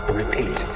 repeat